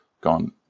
gone